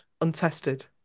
untested